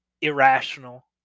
irrational